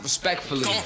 Respectfully